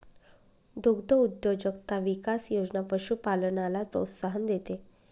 दुग्धउद्योजकता विकास योजना पशुपालनाला प्रोत्साहन देते